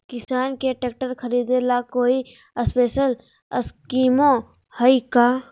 किसान के ट्रैक्टर खरीदे ला कोई स्पेशल स्कीमो हइ का?